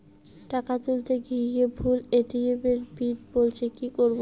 টাকা তুলতে গিয়ে ভুল এ.টি.এম পিন বলছে কি করবো?